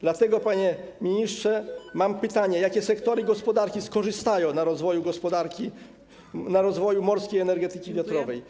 Dlatego, panie ministrze, mam pytanie: Jakie sektory gospodarki skorzystają na rozwoju gospodarki, na rozwoju morskiej energetyki wiatrowej?